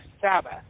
Sabbath